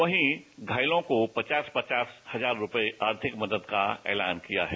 वहीं घायलों को पचास पचास हजार रुपये आर्थिक मदद का एलान किया है